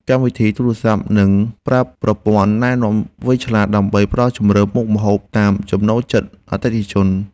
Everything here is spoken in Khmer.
កម្មវិធីទូរសព្ទនឹងប្រើប្រព័ន្ធណែនាំវៃឆ្លាត ដើម្បីផ្ដល់ជម្រើសមុខម្ហូបតាមចំណូលចិត្តអតិថិជន។